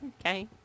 Okay